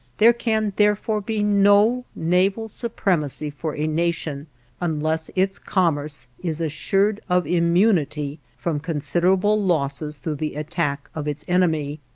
there can, therefore, be no naval supremacy for a nation unless its commerce is assured of immunity from considerable losses through the attack of its enemy.